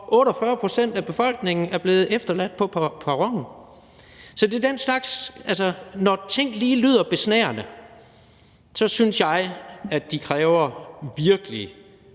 48 pct. af befolkningen er blevet efterladt på perronen. Så når tingene lige lyder besnærende, synes jeg, at de kræver nogle virkelig